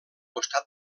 costat